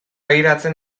begiratzen